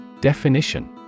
Definition